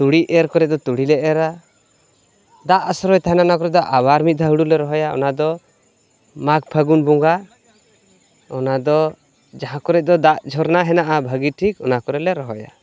ᱛᱩᱲᱤ ᱮᱨ ᱠᱚᱨᱮᱫᱚ ᱛᱩᱲᱤᱞᱮ ᱮᱨᱟ ᱫᱟᱜ ᱟᱥᱨᱚᱭ ᱛᱟᱦᱮᱱᱟ ᱚᱱᱟ ᱠᱚᱨᱮᱫᱚ ᱟᱵᱟᱨ ᱢᱤᱫ ᱫᱷᱟᱣ ᱦᱩᱲᱩᱞᱮ ᱨᱚᱦᱚᱭᱟ ᱚᱱᱟᱫᱚ ᱢᱟᱜ ᱯᱷᱟᱹᱜᱩᱱ ᱵᱚᱸᱜᱟ ᱚᱱᱟᱫᱚ ᱡᱟᱦᱟᱸ ᱠᱚᱨᱮᱫᱚ ᱫᱟᱜ ᱡᱷᱚᱨᱱᱟ ᱦᱮᱱᱟᱜᱼᱟ ᱵᱷᱟᱹᱜᱮ ᱴᱷᱤᱠ ᱚᱱᱟ ᱠᱚᱨᱮᱞᱮ ᱨᱚᱦᱚᱭᱟ